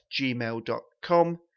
gmail.com